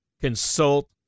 consult